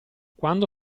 quando